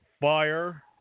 fire